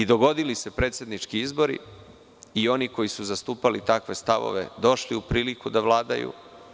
Dogodili su se predsednički izbori i oni koji su zastupali takve stavove došli su u priliku da vladaju.